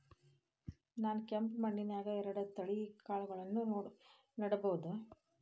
ನಾನ್ ಕೆಂಪ್ ಮಣ್ಣನ್ಯಾಗ್ ಎರಡ್ ತಳಿ ಕಾಳ್ಗಳನ್ನು ನೆಡಬೋದ?